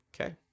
Okay